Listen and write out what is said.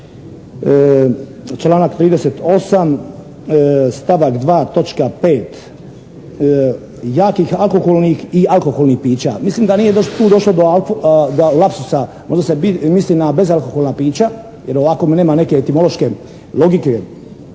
članak 38. stavak 2. točka 5. jakih alkoholnih i alkoholnih pića. Mislim da nije tu došlo do lapsusa. Možda se misli na bezalkoholna pića, jer ovako mi nema neke etimološke logike,